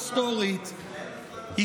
היסטורית,